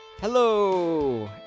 Hello